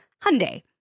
Hyundai